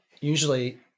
usually